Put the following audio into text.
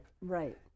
Right